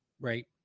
Right